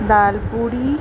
दालि पूड़ी